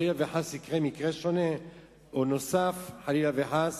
חלילה וחס, יקרה מקרה נוסף, חלילה וחס,